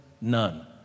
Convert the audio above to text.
None